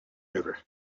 river